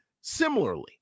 similarly